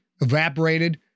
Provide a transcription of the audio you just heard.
evaporated